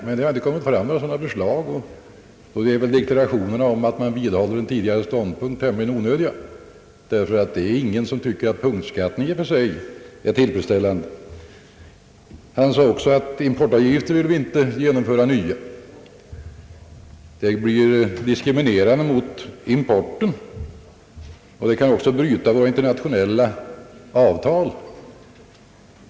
Men det har inte kommit några sådana förslag. Då är väl deklarationerna om att man vidhåller sin tidigare ståndpunkt tämligen onödiga. Det är ingen som tycker att punktskatterna i och för sig är tillfredsställande. Han sade också att vi inte bör införa nya importavgifter — de diskriminerar importen och kan även bryta våra internationella avtal.